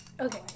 Okay